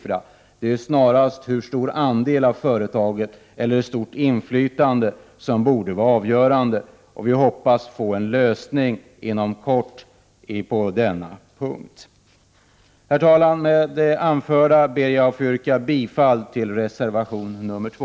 Det avgörande borde i stället vara hur stor andel av företagets aktier man har och hur stort inflytandet är. Vi hoppas att vi får en lösning inom kort på denna punkt. Herr talman! Med det anförda ber jag att få yrka bifall till reservation 2.